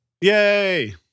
Yay